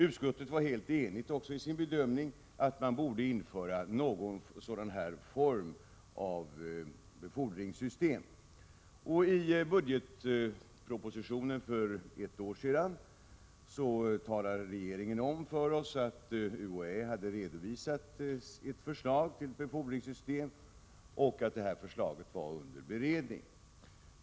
Utskottet var helt enigt i sin uppfattning att någon form för sådant befordringssystem skulle införas. 113 I budgetpropositionen för ett år sedan talade regeringen om för oss att UHÄ hade redovisat ett förslag till befordringssystem och att förslaget var under beredning.